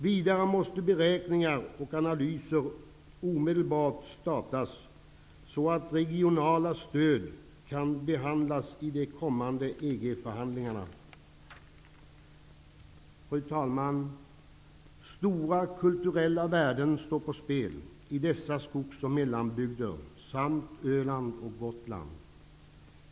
Vidare måste beräkningar och analyser omedelbart göras så att regionala stöd kan bahandlas i de kommande Fru talman! Stora kulturella värden står på spel i dessa skogs ochmellanbygder samt på Öland och Gotland.